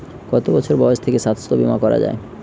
কত বছর বয়স থেকে স্বাস্থ্যবীমা করা য়ায়?